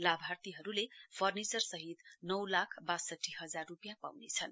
लाभार्थीहरूले फर्निचर सहित नौ लाख वासठी हजार रूपियाँ पाउनेछन्